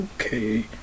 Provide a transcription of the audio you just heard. Okay